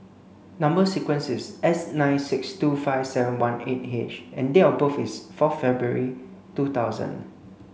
number sequence is S nine six two five seven one eight H and date of birth is four February two thousand